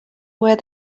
where